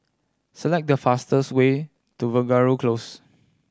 select the fastest way to Veeragoo Close